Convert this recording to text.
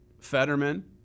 Fetterman